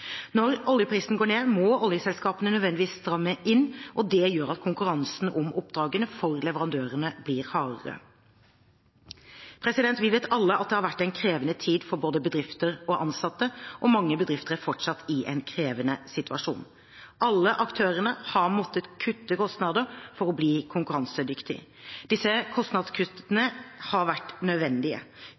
Når oljeprisen går ned, må oljeselskapene nødvendigvis stramme inn, og det gjør at konkurransen om oppdragene for leverandørene blir hardere. Vi vet alle at det har vært en krevende tid for både bedrifter og ansatte, og mange bedrifter er fortsatt i en krevende situasjon. Alle aktører har måttet kutte kostnader for å bli konkurransedyktige. Disse kostnadskuttene har vært nødvendige.